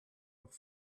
auf